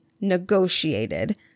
negotiated